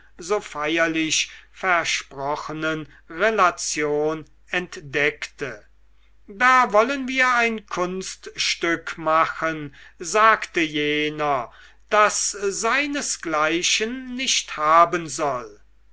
so feierlich versprochenen relation entdeckte da wollen wir ein kunststück machen sagte jener das seinesgleichen nicht haben soll